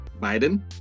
Biden